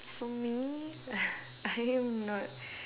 for me I am not